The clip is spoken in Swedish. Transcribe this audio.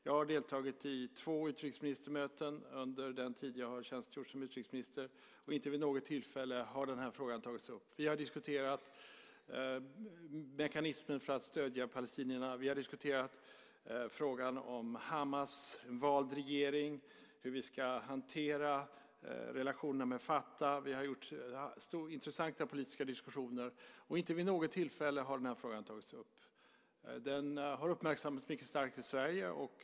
Jag har deltagit i två utrikesministermöten under den tid som jag har tjänstgjort som utrikesminister. Inte vid något tillfälle har den här frågan tagits upp. Vi har diskuterat mekanismen för att stödja palestinierna. Vi har diskuterat frågan om Hamas valda regering och hur vi ska hantera relationerna med Fatah. Vi har haft intressanta politiska diskussioner. Inte vid något tillfälle har den här frågan tagits upp. Den har uppmärksammats stort i Sverige.